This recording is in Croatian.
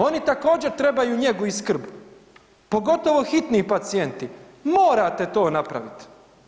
Oni također trebaju njegu i skrb, pogotovo hitni pacijenti, morate to napravit.